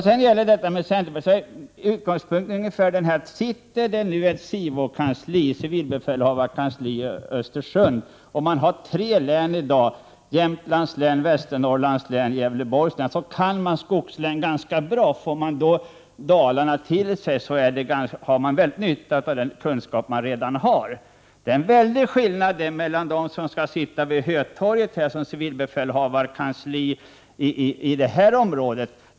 Finns det ett civilbefälhavarkansli i Östersund och antalet län är tre — Jämtlands län, Västernorrlands län och Gävleborgs län — kan man skogslänen ganska bra. Tillkommer sedan Kopparbergs län har man mycket stor nytta av den kunskap som man redan besitter. Det är en mycket stor skillnad att sitta vid Hötorget där civilbefälhavarkansliet i det här området ligger.